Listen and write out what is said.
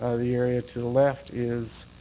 ah the area to the left is